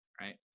right